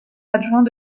adjoint